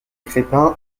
crespin